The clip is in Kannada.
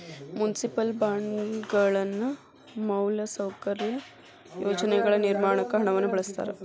ಮುನ್ಸಿಪಲ್ ಬಾಂಡ್ಗಳನ್ನ ಮೂಲಸೌಕರ್ಯ ಯೋಜನೆಗಳ ನಿರ್ಮಾಣಕ್ಕ ಹಣವನ್ನ ಬಳಸ್ತಾರ